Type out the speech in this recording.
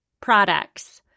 Products